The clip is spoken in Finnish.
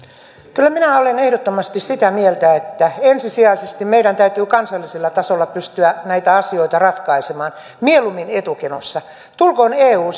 kyllä minä olen ehdottomasti sitä mieltä että ensisijaisesti meidän täytyy kansallisella tasolla pystyä näitä asioita ratkaisemaan mieluummin etukenossa tulkoon eu